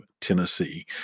Tennessee